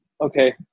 okay